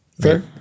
Fair